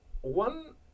one